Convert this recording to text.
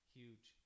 huge